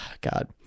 God